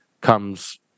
comes